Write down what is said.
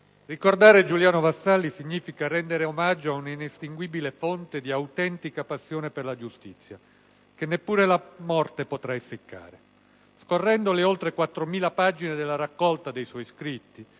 ricordare Giuliano Vassalli significa rendere omaggio a una inestinguibile fonte di autentica passione per la giustizia, che neppure la morte potrà essiccare. Scorrendo le oltre 4.000 pagine della raccolta dei suoi scritti,